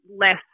less